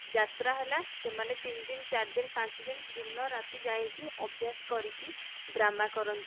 ଯାତ୍ରା ହେଲା ସେମାନେ ତିନି ଦିନ ଚାରି ଦିନ ପାଞ୍ଚ ଦିନ ଦିନ ରାତି ଯାଇକି ଅଭ୍ୟାସ କରିକି ଡ୍ରାମା କରନ୍ତି